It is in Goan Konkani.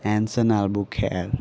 एनसन आलबुकेर्क